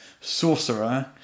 sorcerer